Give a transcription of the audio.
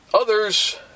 Others